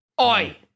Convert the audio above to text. Oi